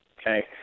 Okay